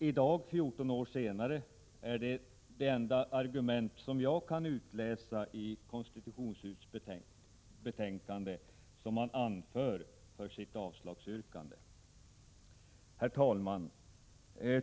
I dag — 14 år senare — är det enligt vad jag kan utläsa ur betänkandet det enda argument som konstitutionsutskottet anför för sitt avslagsyrkande. Herr talman!